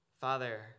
Father